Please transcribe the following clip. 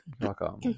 welcome